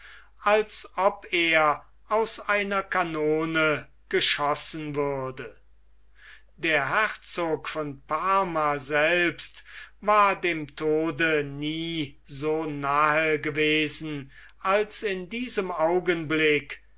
als ob er aus einer kanone geschossen würde der herzog von parma selbst war dem tode nie so nahe gewesen als in diesem augenblick